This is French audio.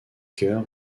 cœur